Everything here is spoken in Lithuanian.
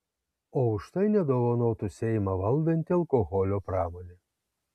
o už tai nedovanotų seimą valdanti alkoholio pramonė